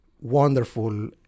wonderful